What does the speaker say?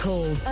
Call